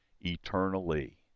eternally